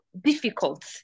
difficult